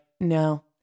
no